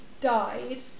died